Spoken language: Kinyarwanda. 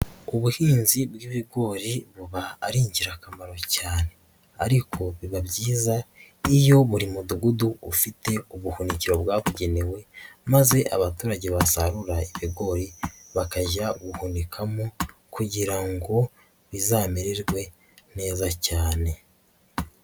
Ubuhinzi bw'ibigori buba ari ingirakamaro cyane ariko biba byiza iyo buri mudugudu ufite ubuhunikiro bwabugenewe maze abaturage basarura ibigori bakajya guhunikamo kugira ngo bizamererwe neza cyane.